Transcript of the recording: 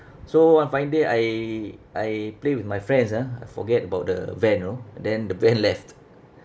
so one fine day I I play with my friends ah I forget about the van you know then the van left